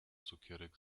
cukierek